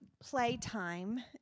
playtime